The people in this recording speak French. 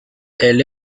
elle